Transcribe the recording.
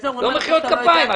לא מחיאות כפיים.